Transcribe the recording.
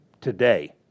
today